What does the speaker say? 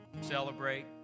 Celebrate